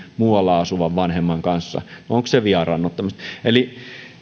muualla asuvan vanhemman kanssa onko se vieraannuttamista eli